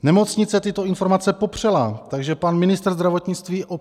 Nemocnice tyto informace popřela, takže pan ministr zdravotnictví opět lhal.